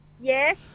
Yes